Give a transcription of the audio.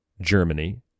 Germany